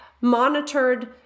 monitored